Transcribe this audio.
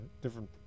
different